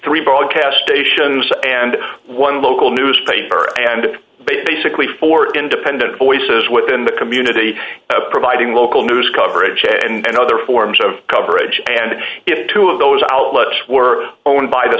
three broadcast stations and one local newspaper and basically four independent voices within the community providing local news coverage and other forms of coverage and if two of those outlets were owned by the